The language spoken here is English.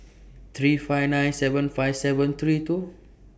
three five nine seven five seven three two